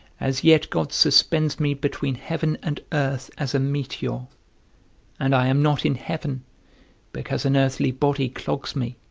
as yet god suspends me between heaven and earth, as a meteor and i am not in heaven because an earthly body clogs me,